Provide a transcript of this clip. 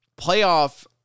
playoff